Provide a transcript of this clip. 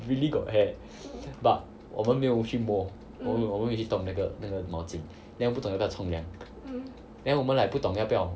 really got hair but 我们没有去摸我们没有去动那个那个毛巾 then 不懂要不要冲凉 then 我们 like 不懂要不要